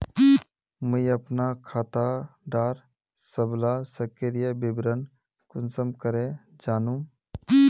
मुई अपना खाता डार सबला सक्रिय विवरण कुंसम करे जानुम?